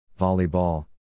volleyball